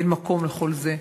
אין מקום לכל זה.